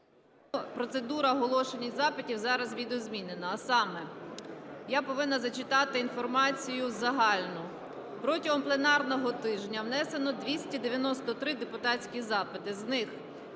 Процедура оголошення запитів зараз видозмінена, а саме: я повинна зачитати інформацію загальну. Протягом пленарного тижня внесено 293 депутатські запити, з них